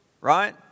right